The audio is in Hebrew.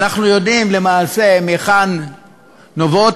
ואנחנו יודעים למעשה מהיכן נובעות